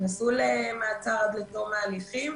נכנסו למעצר עד תום ההליכים.